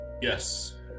yes